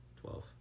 Twelve